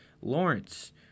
Lawrence